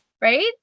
right